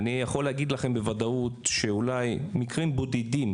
אני יכול להגיד לכם בוודאות שאולי במקרים בודדים,